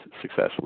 successfully